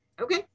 Okay